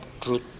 truth